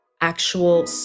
actual